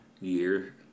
year